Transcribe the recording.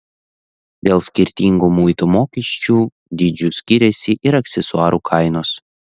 dėl skirtingų muito mokesčių dydžių skiriasi ir aksesuarų kainos